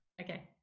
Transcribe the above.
okay